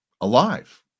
alive